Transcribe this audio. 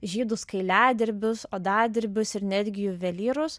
žydus kailiadirbius odadirbius ir netgi juvelyrus